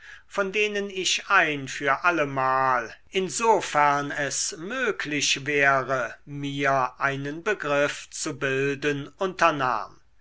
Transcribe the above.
von denen ich ein für allemal insofern es möglich wäre mir einen begriff zu bilden